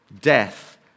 death